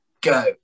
go